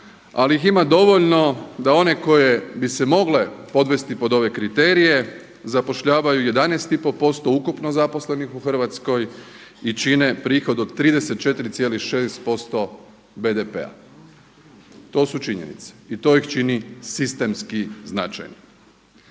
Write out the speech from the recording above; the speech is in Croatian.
ali ih ima dovoljno da one koje bi se mogle podvesti pod ove kriterije zapošljavaju 11 i pol posto ukupno zaposlenih u Hrvatskoj i čine prihod od 34,6% BDP-a. To su činjenice i to ih čini sistemski značajno.